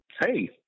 Hey